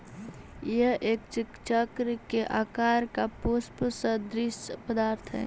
यह एक चक्र के आकार का पुष्प सदृश्य पदार्थ हई